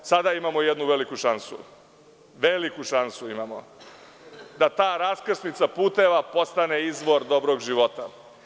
Sada imamo jednu veliku šansu da ta raskrsnica puteva postane izvor dobrog života.